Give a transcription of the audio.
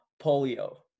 polio